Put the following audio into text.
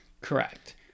Correct